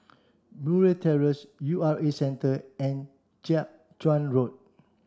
Murray Terrace U R A Centre and Jiak Chuan Road